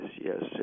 yes